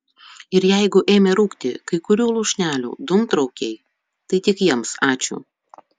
ir jeigu ėmė rūkti kai kurių lūšnelių dūmtraukiai tai tik jiems ačiū